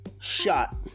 shot